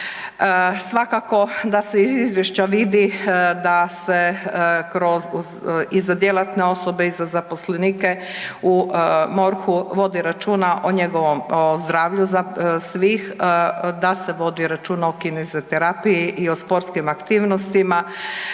Svakako da se iz izvješća vidi da se kroz i za djelatne osobe i za zaposlenike u MORH-u vodi računa o njegovom zdravlju svih, da se vodi računa o kineziterapiji i o sportskim aktivnostima,